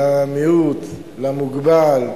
למיעוט, למוגבל,